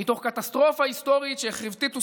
"מתוך קטסטרופה היסטורית שהחריב טיטוס